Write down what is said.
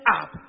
up